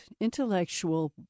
intellectual